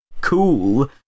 cool